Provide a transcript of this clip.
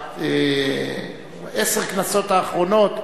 עשר הכנסות האחרונות,